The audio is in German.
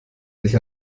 sich